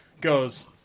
Goes